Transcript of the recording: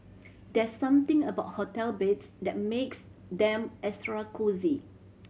there's something about hotel beds that makes them extra cosy